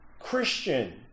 christian